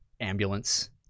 ambulance